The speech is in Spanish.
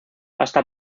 hasta